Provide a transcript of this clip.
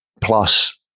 plus